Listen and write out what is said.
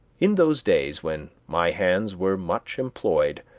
in those days, when my hands were much employed,